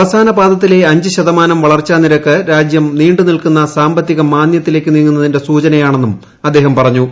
അവസാന്പാദത്തിലെ പൂർത്മാനം വളർച്ചാ നിരക്ക് രാജ്യം നീണ്ടു നിൽക്കുന്ന സാമ്പത്തിക്ക് മാന്ദ്യത്തിലേക്കു നീങ്ങുന്നതിന്റെ സൂചനയാണെന്നും അദ്ദേഹം പറഞ്ഞു